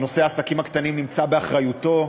שנושא העסקים הקטנים נמצא באחריותו,